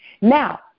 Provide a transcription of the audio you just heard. Now